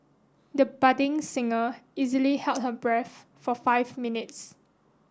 the budding singer easily held her breath for five minutes